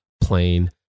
plain